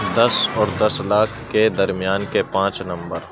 دس اور دس لاکھ کے درمیان کے پانچ نمبر